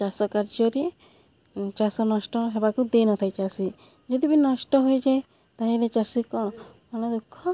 ଚାଷ କାର୍ଯ୍ୟରେ ଚାଷ ନଷ୍ଟ ହେବାକୁ ଦେଇନଥାଏ ଚାଷୀ ଯଦି ବି ନଷ୍ଟ ହୋଇଯାଏ ତା'ହେଲେ ଚାଷୀ କ'ଣ ମନ ଦୁଃଖ